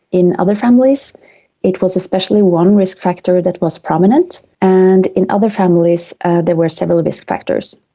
in other families it was especially one risk factor that was prominent, and in other families there were several risk factors.